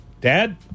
Dad